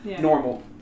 normal